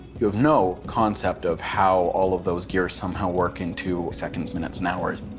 you have no concept of how all of those gears somehow work into seconds, minutes, and hours.